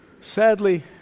Sadly